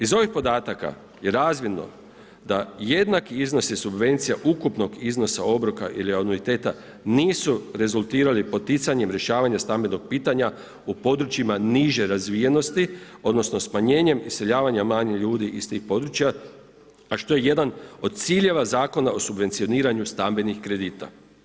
Iz ovih podataka je razvidno da jednaki iznosi subvencija ukupnog iznosa obroka ili anuiteta nisu rezultiralo poticanjem rješavanja stambenog pitanja u području niže razvijenosti odnosno smanjenjem iseljavanja manje ljudi iz tih područja a što je jedan od ciljeva Zakona o subvencioniranju stambenih kredita.